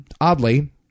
Oddly